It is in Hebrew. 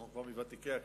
אנחנו כבר מוותיקי הכנסת,